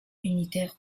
unitaire